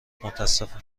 متاسفم